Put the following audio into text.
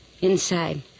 inside